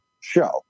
show